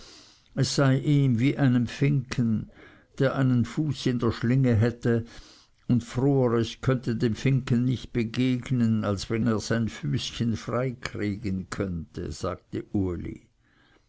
es sei ihm wie einem finken der einen fuß in der schlinge hätte und froheres könne dem finken nicht begegnen als wenn er sein füßchen frei kriegen könnte sagte uli